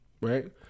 right